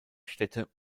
städte